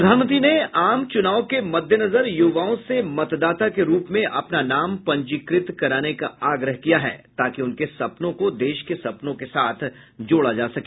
प्रधानमंत्री ने आम चुनाव के मद्देनजर युवाओं से मतदाता के रूप में अपना नाम पंजीकृत कराने का आग्रह किया है ताकि उनके सपनों को देश के सपनों के साथ जोड़ा जा सके